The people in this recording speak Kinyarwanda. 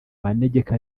manegeka